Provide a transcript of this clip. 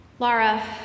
Laura